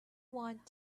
want